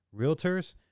realtors